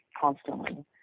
constantly